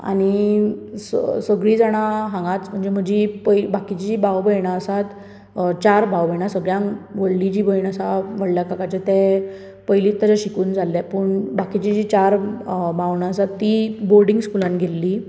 आनी स सगळीं जाणां हांगाच म्हणजे म्हजी भाव भयणां आसात चार भाव भयणा सगळ्यांक व्हडली जी भयण आसा व्हडल्या काकाचें तें पयलींच तेचे शिकून जाल्लें पूण बाकिचीं जी चार भावणां आसात तीं बोर्डींग स्कुलान गेल्लीं